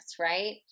right